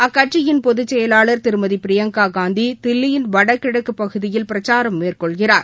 அக்கட்சியின் பொதுசெயலாளர் திருமதிபிரியங்காகாந்தி தில்லியின் வடகிழக்குபகுதியில் பிரச்சாரம் மேற்கொள்கிறார்